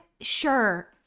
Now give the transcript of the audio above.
sure